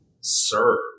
serve